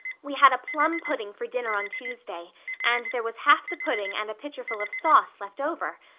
we had a plum pudding for dinner on tuesday and there was half the pudding and a pitcherful of sauce left over.